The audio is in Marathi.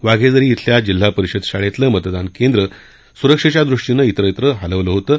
वाघेझरी धिल्या जिल्हा परिषद शाळेतलं मतदान केंद्र आता सुरक्षेच्या दृष्टीनं त्विरत्र हलवण्यात आलं होतं